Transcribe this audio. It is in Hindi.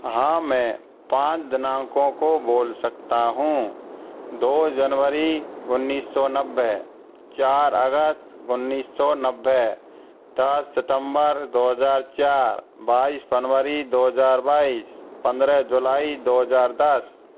हाँ मैं पाँच दिनांकों को बोल सकता हूँ दो जनवरी उन्नीस सौ नब्बे चार अगस्त उन्नीस सौ नब्बे दस सितम्बर दो हज़ार चार बाईस फंनवरी दो हज़ार बाईस पन्द्रह जुलाई दो हज़ार दस